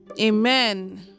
Amen